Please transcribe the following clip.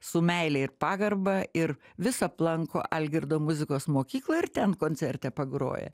su meile ir pagarba ir vis aplanko algirdo muzikos mokyklą ir ten koncerte pagroja